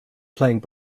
playing